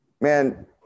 Man